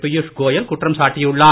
பீயுஷ் கோயல் குற்றம் சாட்டியுள்ளார்